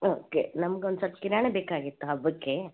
okay ನಮ್ಗೊಂದು ಸ್ವಲ್ಪ ಕಿರಾಣಿ ಬೇಕಾಗಿತ್ತು ಹಬ್ಬಕ್ಕೆ